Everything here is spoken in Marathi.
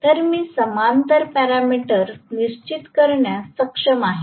तर मी समांतर पॅरामीटर्स निश्चित करण्यास सक्षम आहे